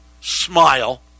smile